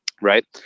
right